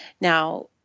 Now